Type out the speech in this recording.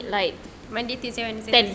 sad day